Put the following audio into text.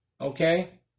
okay